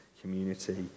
community